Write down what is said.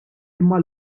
imma